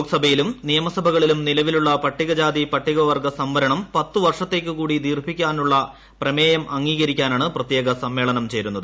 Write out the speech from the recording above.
ലോക്സഭയിലും നിയമസഭകളിലും നിലവിലുള്ള പട്ടികജാതി പട്ടിക വർഗസംവരണം പത്ത് വർഷത്തേക്ക് കൂടി ദീർഘിപ്പിക്കാനുള്ള പ്രമേയം അംഗീകരിക്കാനാണ് പ്രത്യേക സമ്മേളനം ചേരുന്നത്